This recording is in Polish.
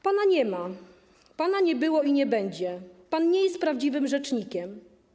Pana nie ma, pana nie było i nie będzie, pan nie jest prawdziwym rzecznikiem.